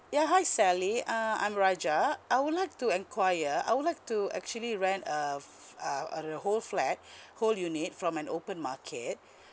yeah hi sally uh I'm raja I would like to enquire I would like to actually rent a f~ uh uh the whole flat whole unit from an open market